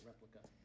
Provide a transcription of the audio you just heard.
replica